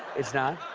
it's not?